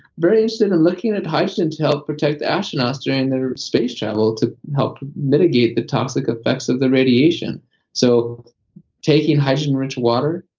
very so and and looking at hydrogen to help protect the astronauts during their space travel, to help mitigate the toxic effects of the radiation so taking hydrogen-rich water,